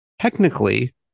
Technically